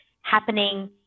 happening